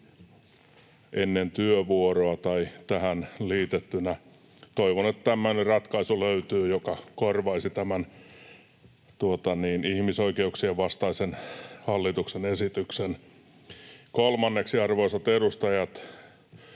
ennen työvuoroa tai tähän liitettynä. Toivon, että löytyy tämmöinen ratkaisu, joka korvaisi tämän ihmisoikeuksien vastaisen hallituksen esityksen. Kolmanneksi, arvoisat edustajat: